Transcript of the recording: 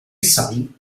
son